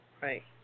Right